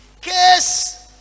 kiss